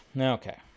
Okay